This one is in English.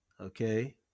okay